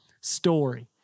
story